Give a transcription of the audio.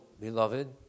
beloved